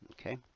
okay